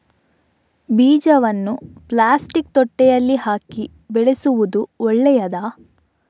ಬೀಜವನ್ನು ಪ್ಲಾಸ್ಟಿಕ್ ತೊಟ್ಟೆಯಲ್ಲಿ ಹಾಕಿ ಬೆಳೆಸುವುದು ಒಳ್ಳೆಯದಾ?